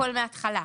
הכול מהתחלה.